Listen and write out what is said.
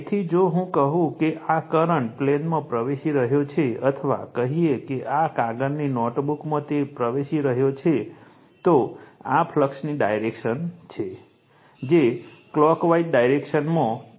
તેથી જો હું કહું કે આ કરંટ પ્લેનમાં પ્રવેશી રહ્યો છે અથવા કહીએ કે આ કાગળની નોટબુકમાં તે પ્રવેશી રહ્યો છે તો આ ફ્લક્સની ડાયરેક્શન છે જે ક્લોકવાઇઝ ડાયરેક્શનમાં છે